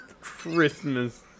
Christmas